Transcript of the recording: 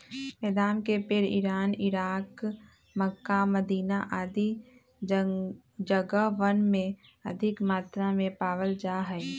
बेदाम के पेड़ इरान, इराक, मक्का, मदीना आदि जगहवन में अधिक मात्रा में पावल जा हई